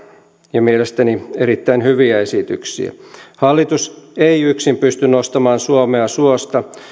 ja mielestäni erittäin hyviä esityksiä hallitus ei yksin pysty nostamaan suomea suosta